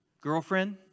Girlfriend